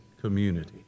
community